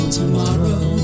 tomorrow